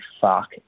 fuck